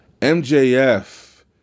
MJF